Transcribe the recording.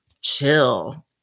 chill